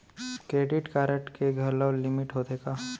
Credit card के घलव limit होथे का?